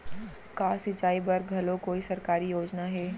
का सिंचाई बर घलो कोई सरकारी योजना हे?